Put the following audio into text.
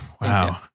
wow